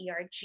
ERG